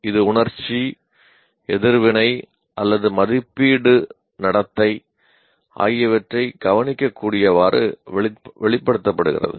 இது உணர்ச்சி எதிர்வினை அல்லது மதிப்பீட்டு நடத்தை ஆகியவற்றைக் கவனிக்கக்கூடியவாறு வெளிப்படுத்தப்படுகிறது